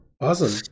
Awesome